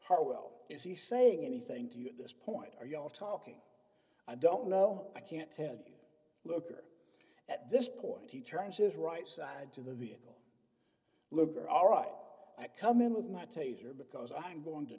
haro is he saying anything to you at this point are you all talking i don't know i can't tell you look or at this point he turns his right side to the vehicle looker all right i come in with my taser because i'm going to